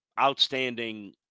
outstanding